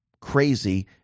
crazy